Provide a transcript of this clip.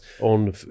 on